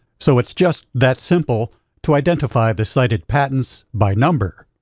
so it's just that simple to identify the cited patents by number.